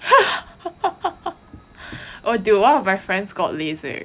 oh dude one of my friends got lasik